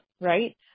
right